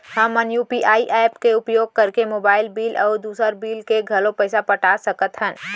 हमन UPI app के उपयोग करके मोबाइल बिल अऊ दुसर बिल के घलो पैसा पटा सकत हन